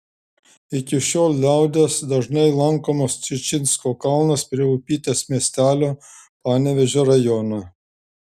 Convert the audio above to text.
iki šiol liaudies dažnai lankomas čičinsko kalnas prie upytės miestelio panevėžio rajone